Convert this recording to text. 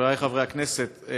חבריי חברי הכנסת,